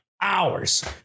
hours